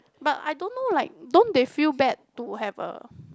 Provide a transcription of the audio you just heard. but I don't know like don't they feel bad to have a